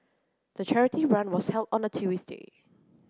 the charity run was held on a Tuesday